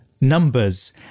numbers